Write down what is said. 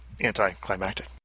anticlimactic